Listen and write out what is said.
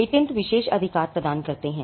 patent विशेष अधिकार प्रदान करते हैं